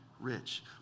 rich